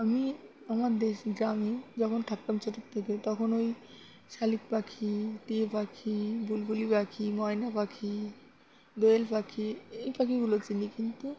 আমি আমার দেশ গ্রামে যখন থাকতাম ছোটোর থেকে তখন ওই শালিক পাখি টিয়া পাখি বুলবুলি পাখি ময়না পাখি দোয়েল পাখি এই পাখিগুলো চিনি কিন্তু